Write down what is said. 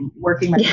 working